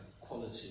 quality